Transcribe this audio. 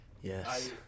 yes